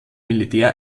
militär